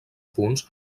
punts